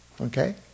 Okay